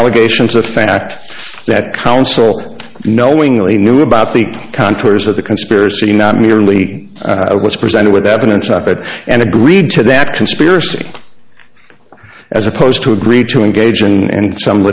allegations a fact that counsel knowingly knew about the contours of the conspiracy not merely was presented with evidence of it and agreed to that conspiracy as opposed to agree to engage in